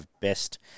best